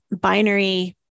binary